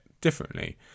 Differently